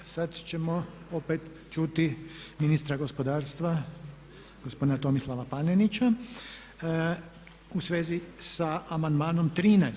Sad ćemo opet čuti ministra gospodarstva gospodina Tomislava Panenića u svezi sa amandmanom 13.